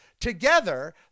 Together